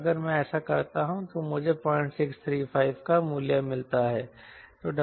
और अगर मैं ऐसा करता हूं तो मुझे 0635 का मूल्य मिलता है